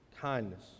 kindness